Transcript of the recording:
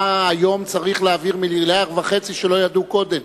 מה היום צריך להבהיר לגבי מיליארד וחצי שלא ידעו קודם?